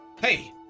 Hey